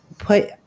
put